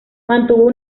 mantuvo